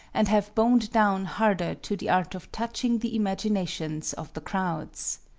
and have boned down harder to the art of touching the imaginations of the crowds.